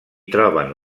troben